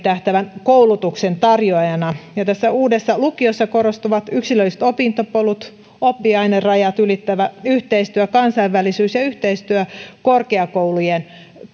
tähtäävän koulutuksen tarjoajana tässä uudessa lukiossa korostuvat yksilölliset opintopolut oppiainerajat ylittävä yhteistyö kansainvälisyys ja yhteistyö korkeakoulujen